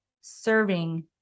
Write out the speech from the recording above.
serving